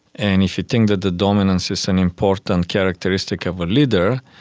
and if you think that the dominance is an important characteristic of a leader,